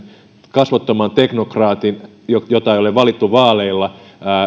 kasvottoman teknokraatin jota ei ole valittu vaaleilla